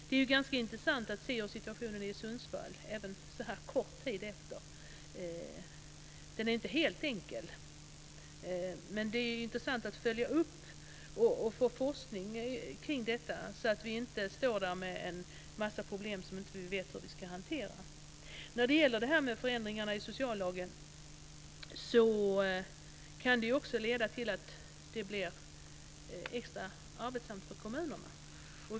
Det är ganska intressant att se på situationen i Sundsvall, även så här kort tid efteråt. Den är inte helt enkel. Det är intressant att följa upp och få forskning kring detta, så att vi inte står där med en massa problem som vi inte vet hur vi ska hantera. När det gäller förändringarna i sociallagen kan de också leda till att det blir extra arbetsamt för kommunerna.